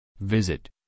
Visit